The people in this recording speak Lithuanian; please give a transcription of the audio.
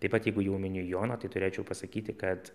taip pat jeigu jau miniu joną tai turėčiau pasakyti kad